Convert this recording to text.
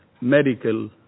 medical